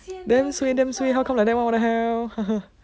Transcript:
damn suay damn suay how come like that [one] what the hell